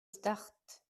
start